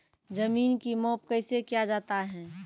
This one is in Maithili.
जमीन की माप कैसे किया जाता हैं?